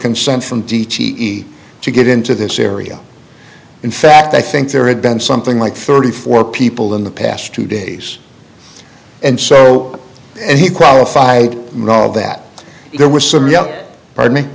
consent from g t e to get into this area in fact i think there had been something like thirty four people in the past two days and so and he qualified and all that there were some yeah